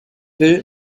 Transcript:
will